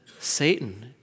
Satan